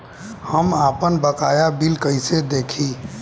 हम आपनबकाया बिल कइसे देखि?